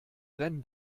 rennen